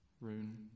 rune